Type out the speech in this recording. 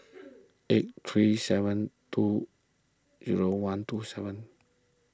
eight three seven two zero one two seven